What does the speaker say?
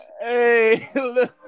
Hey